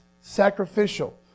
sacrificial